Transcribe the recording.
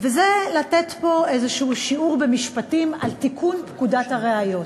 וזה לתת פה איזה שיעור במשפטים על תיקון פקודת הראיות.